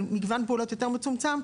על מגוון פעולות יותר מצומצם,